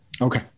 okay